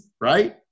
right